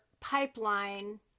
pipeline